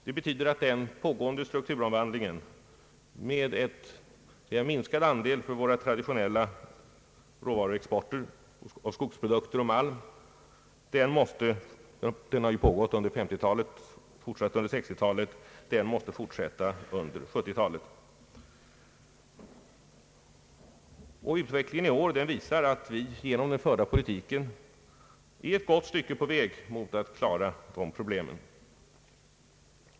Det betyder att den pågående strukturomvandlingen med en minskad andel för vår traditionella råvaruexport av skogsprodukter och malm, som pågått under 1950-talet och under 1960-talet, måste fortsätta under 1970-talet. Utvecklingen i år visar att vi genom den förda politiken är ett gott stycke på väg mot att klara dessa problem.